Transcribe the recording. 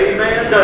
Amen